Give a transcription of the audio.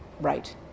right